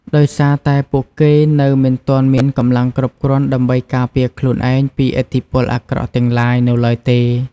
ដោយសារតែពួកគេនៅមិនទាន់មានកម្លាំងគ្រប់គ្រាន់ដើម្បីការពារខ្លួនឯងពីឥទ្ធិពលអាក្រក់ទាំងឡាយនៅឡើយទេ។